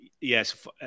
yes